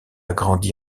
grandi